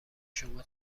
شما